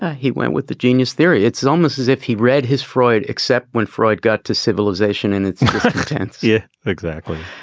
ah he went with the genius theory, it's almost as if he read his freud except when freud got to civilization and its contents. yeah, exactly.